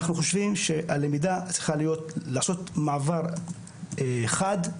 אנחנו חושבים שהלמידה צריכה לעשות מעבר חד,